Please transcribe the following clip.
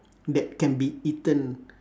that can be eaten